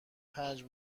پنج